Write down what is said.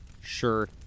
Sure